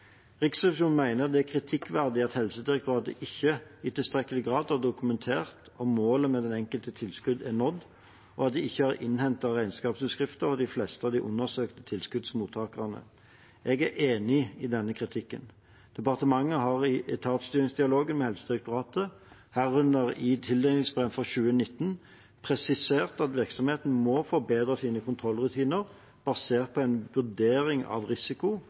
Riksrevisjonen mener det er kritikkverdig at Helsedirektoratet ikke i tilstrekkelig grad har dokumentert om målet med det enkelte tilskudd er nådd, og at de ikke har innhentet regnskapsutskrifter fra de fleste av de undersøkte tilskuddsmottakerne. Jeg er enig i denne kritikken. Departementet har i etatsstyringsdialogen med Helsedirektoratet, herunder i tildelingsbrevet for 2019, presisert at virksomheten må forbedre sine kontrollrutiner basert på en vurdering av risiko